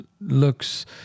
looks